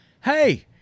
hey